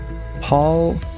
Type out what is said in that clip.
Paul